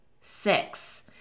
six